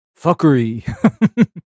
fuckery